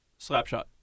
Slapshot